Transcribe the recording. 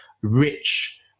rich